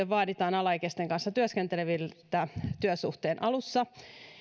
vaaditaan alaikäisten kanssa työskenteleviltä työsuhteen alussa